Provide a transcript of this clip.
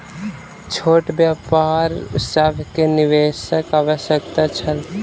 छोट व्यापार सभ के निवेशक आवश्यकता छल